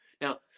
Now